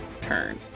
turn